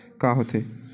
का होथे?